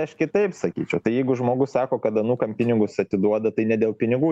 aš kitaip sakyčiau jeigu žmogus sako kad anūkam pinigus atiduoda tai ne dėl pinigų